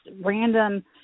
random